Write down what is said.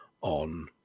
on